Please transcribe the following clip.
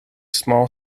small